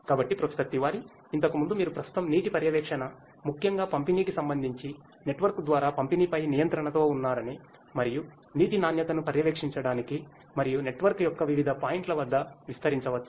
కాబట్టి ప్రొఫెసర్ తివారీ ఇంతకు ముందు మీరు ప్రస్తుతం నీటి పర్యవేక్షణ ముఖ్యంగా పంపిణీకి సంబంధించి నెట్వర్క్ ద్వారా పంపిణీపై నియంత్రణతో ఉన్నారని మరియు నీటి నాణ్యతను పర్యవేక్షించడానికి మరియు నెట్వర్క్ యొక్క వివిధ పాయింట్ల వద్ద విస్తరించవచ్చా